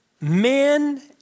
Men